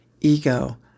ego